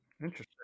Interesting